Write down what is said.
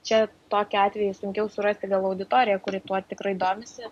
čia tokiu atveju sunkiau surasti gal auditoriją kuri tuo tikrai domisi